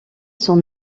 son